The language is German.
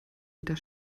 wieder